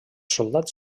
soldats